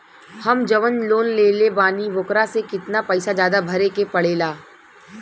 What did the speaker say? हम जवन लोन लेले बानी वोकरा से कितना पैसा ज्यादा भरे के पड़ेला?